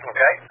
Okay